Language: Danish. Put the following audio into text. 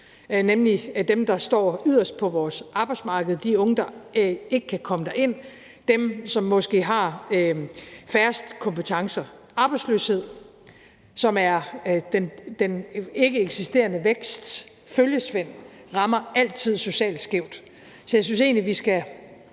nemlig hos dem, der står yderst på vores arbejdsmarked, altså de unge, der ikke kan komme derind, dem, som måske har færrest kompetencer. Arbejdsløshed, som er den ikkeeksisterende væksts følgesvend, rammer altid socialt skævt. Så jeg synes egentlig, at vi skal